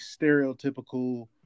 stereotypical